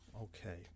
Okay